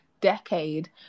decade